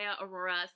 Aurora